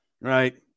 right